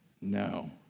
No